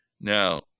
Now